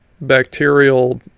bacterial